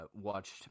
watched